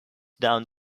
down